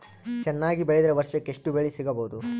ಚೆನ್ನಾಗಿ ಬೆಳೆದ್ರೆ ವರ್ಷಕ ಎಷ್ಟು ಬೆಳೆ ಸಿಗಬಹುದು?